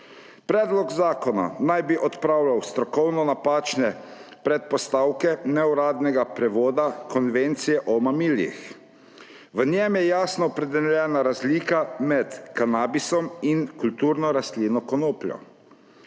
Predlog zakona naj bi odpravljal strokovno napačne predpostavke neuradnega prevoda konvencije o mamilih. V njem je jasno opredeljena razlika med kanabisom in kulturno rastlino konopljo.